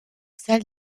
salle